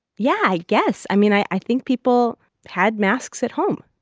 yeah, i guess. i mean, i think people had masks at home.